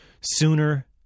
sooner